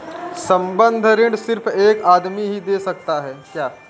संबंद्ध ऋण सिर्फ एक आदमी ही दे सकता है क्या?